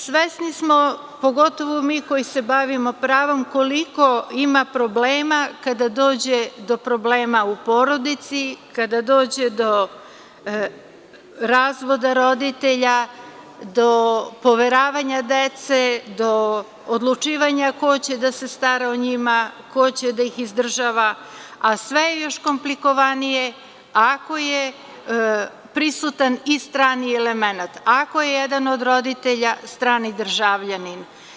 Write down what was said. Svesni smo, pogotovo mi koji se bavimo pravom, koliko ima problema kada dođe do problema u porodici, kada dođe do razvoda roditelja, do poveravanja dece, do odlučivanja ko će da se stara o njima, ko će da ih izdržava, a sve je još komplikovanije ako je prisutan i strani elemenat, ako je jedan od roditelja strani državljanin.